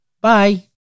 Bye